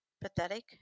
pathetic